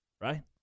right